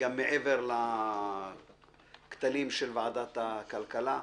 גם מעבר לכתלים של ועדת הכלכלה.